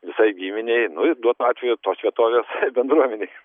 visai giminei nu ir duotu atveju tos vietovės bendruomenei